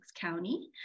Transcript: County